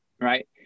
right